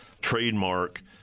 trademark